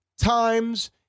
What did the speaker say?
times